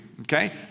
Okay